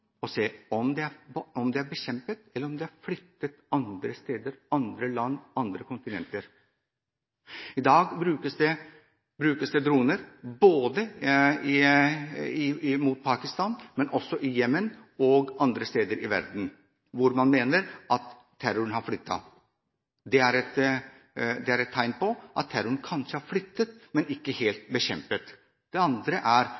å se om terroren er bekjempet, eller om den er forflyttet til andre steder, til andre land, til andre kontinenter. I dag brukes det droner, både i Pakistan, i Jemen og andre steder i verden – der man mener at terroren har forflyttet seg. Det er et tegn på at terroren kanskje er forflyttet, men ikke helt er